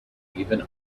even